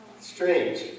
Strange